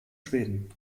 schweden